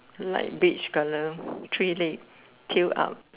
light beige colour three leg tail out